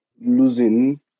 losing